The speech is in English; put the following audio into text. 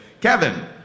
Kevin